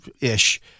ish